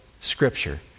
Scripture